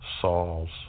Saul's